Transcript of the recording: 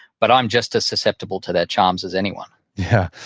but i'm just as susceptible to their charms as anyone yeah.